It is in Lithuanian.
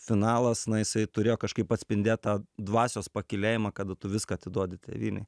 finalas na jisai turėjo kažkaip atspindėt tą dvasios pakylėjimą kada tu viską atiduodi tėvynei